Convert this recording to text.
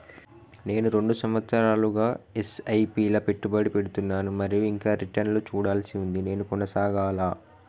నేను రెండు సంవత్సరాలుగా ల ఎస్.ఐ.పి లా పెట్టుబడి పెడుతున్నాను మరియు ఇంకా రిటర్న్ లు చూడాల్సి ఉంది నేను కొనసాగాలా?